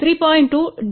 2 D